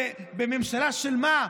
בממשלה של מה?